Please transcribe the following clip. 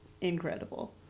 incredible